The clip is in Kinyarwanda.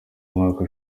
umwaka